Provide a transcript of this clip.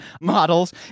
models